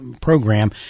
program